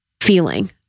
feeling